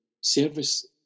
service